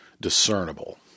discernible